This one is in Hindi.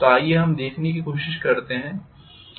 तो आइए हम देखने की कोशिश करते हैं कि को एनर्जी क्या है